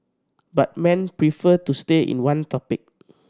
but men prefer to stay in one topic